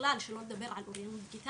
בכלל שלא נדבר על אוריינות דיגיטלית,